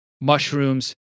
mushrooms